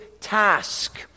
task